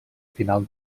final